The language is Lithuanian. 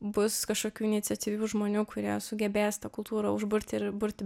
bus kažkokių iniciatyvių žmonių kurie sugebės tą kultūrą užburti ir burti